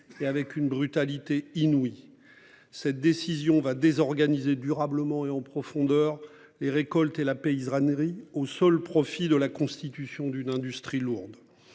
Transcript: et avec une brutalité inouïe. Cette décision va désorganiser durablement et en profondeur les récoltes et la paix sera Nery au seul profit de la constitution d'une industrie lourde.